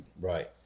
Right